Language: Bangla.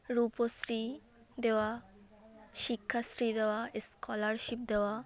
রূপশ্রী দেওয়া শিক্ষাশ্রী দেওয়া স্কলারশিপ দেওয়া